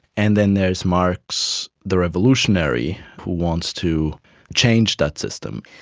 and then there's marx the revolutionary who wants to change that system.